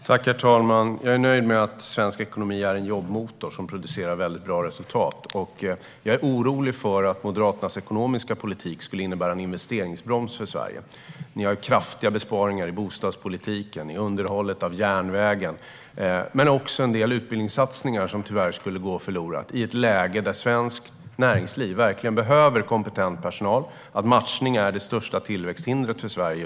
Herr talman! Jag är nöjd med att svensk ekonomi är en jobbmotor som producerar bra resultat. Jag är orolig för att Moderaternas ekonomiska politik skulle innebära en investeringsbroms för Sverige. Ni har kraftiga besparingar i bostadspolitiken och underhållet av järnvägen, och en del utbildningssatsningar skulle tyvärr gå förlorade i ett läge där svenskt näringsliv verkligen behöver kompetent personal och matchning är det största tillväxthindret för Sverige.